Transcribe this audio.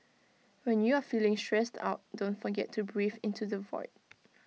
when you are feeling stressed out don't forget to breathe into the void